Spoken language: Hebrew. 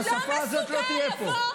השפה הזאת לא תהיה פה.